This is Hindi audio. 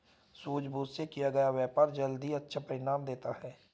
सूझबूझ से किया गया व्यापार जल्द ही अच्छा परिणाम देता है